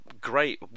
great